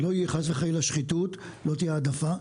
שלא תהיה חס וחלילה שחיתות, לא תהיה העדפה.